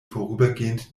vorübergehend